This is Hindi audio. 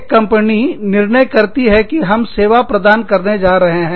एक कंपनी निर्णय करती है कि हम सेवा प्रदान करने जा रहे हैं